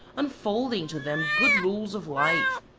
unfolding to them good rules of life,